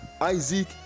isaac